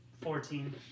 Fourteen